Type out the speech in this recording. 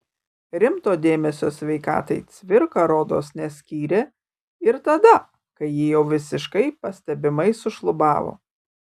rimto dėmesio sveikatai cvirka rodos neskyrė ir tada kai ji jau visiškai pastebimai sušlubavo